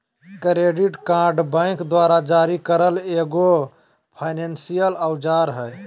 credit card bank द्वारा जारी करल एगो फायनेंसियल औजार हइ